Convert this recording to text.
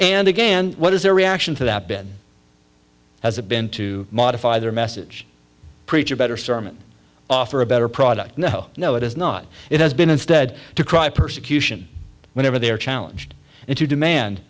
and again what is their reaction to that been has it been to modify their message preach a better sermon offer a better product no no it is not it has been instead to cry persecution whenever they are challenged and to demand